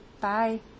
Bye